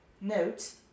note